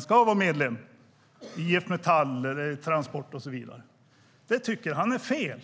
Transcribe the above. ska bli medlem i IF Metall, Transport och så vidare. Det tycker han är fel.